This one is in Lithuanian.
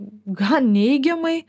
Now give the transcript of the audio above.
gan neigiamai